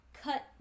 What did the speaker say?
cut